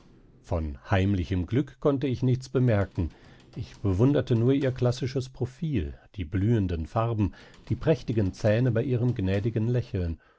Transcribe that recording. von heimlichem glück konnte ich nichts bemerken ich bewunderte nur ihr klassisches profil die blühenden farben die prächtigen zähne bei ihrem gnädigen lächeln